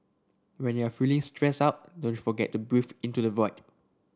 when you are feeling stressed out don't forget to breathe into the void